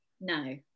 no